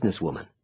businesswoman